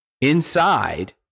inside